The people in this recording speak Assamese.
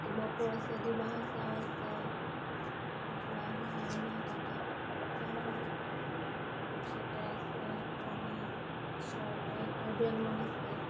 ডিমাপুৰ আছে ডিমা হাছাও আছে যোৱা হোৱাই নাই তাতে যাম আৰু তাৰপিছতে আছে আকৌ আমাৰ ওচৰতে কাৰ্বি আংলং আছে